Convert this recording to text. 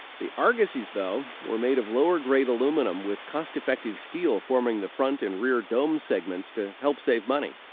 the argosys though, were made of lower grade aluminum with cost-effective steel forming the front and rear dome segments to help save money.